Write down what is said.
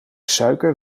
suiker